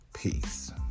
Peace